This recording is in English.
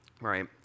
right